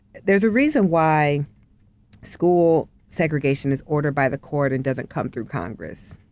there's a reason why school segregation is order by the court and doesn't come through congress,